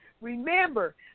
Remember